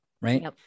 right